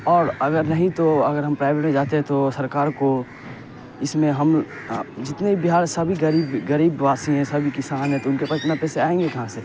اور اگر نہیں تو اگر ہم پرائیویٹ میں جاتے ہیں تو سرکار کو اس میں ہم جتنے بھی بہار سبھی غریب غریب واسی ہیں سبھی کسان ہیں تو ان کے پاس اتنا پیسے آئیں گے کہاں سے